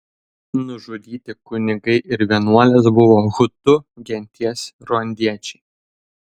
nužudyti kunigai ir vienuolės buvo hutu genties ruandiečiai